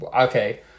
okay